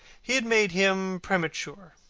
he had made him premature.